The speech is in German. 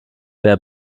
wer